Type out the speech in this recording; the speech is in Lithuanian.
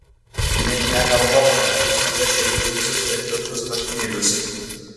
nė negalvodamas užsitempiau džinsus ir pilkus marškinėlius